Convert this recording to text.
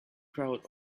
crowd